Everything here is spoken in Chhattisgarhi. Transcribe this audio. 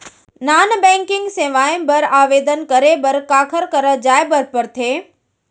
नॉन बैंकिंग सेवाएं बर आवेदन करे बर काखर करा जाए बर परथे